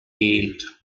healed